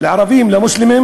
לערבים ומוסלמים